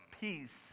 peace